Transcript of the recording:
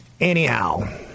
anyhow